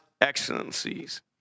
excellencies